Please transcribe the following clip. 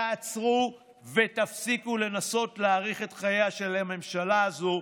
תעצרו ותפסיקו לנסות להאריך את חייה של הממשלה הזו.